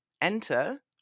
Enter